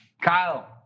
Kyle